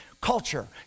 Culture